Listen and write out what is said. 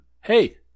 Hey